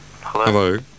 hello